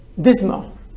dismal